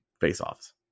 face-offs